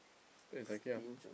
eh zai kia